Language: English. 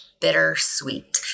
bittersweet